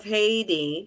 Haiti